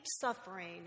suffering